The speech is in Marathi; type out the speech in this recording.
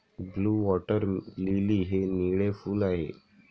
ब्लू वॉटर लिली हे निळे फूल आहे